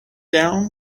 down